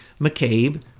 McCabe